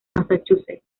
massachusetts